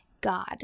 God